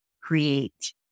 create